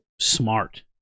smart